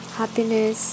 happiness